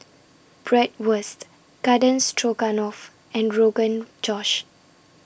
Bratwurst Garden Stroganoff and Rogan Josh